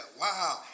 wow